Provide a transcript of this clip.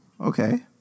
okay